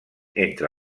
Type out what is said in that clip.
entre